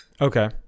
Okay